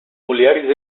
mulheres